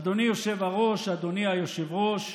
אדוני יושב-הראש, אדוני היושב-ראש,